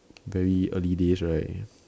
very early days right